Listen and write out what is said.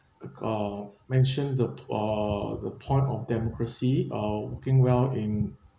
mention the p~ uh the point of democracy uh working well in